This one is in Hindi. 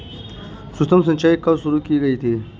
सूक्ष्म सिंचाई कब शुरू की गई थी?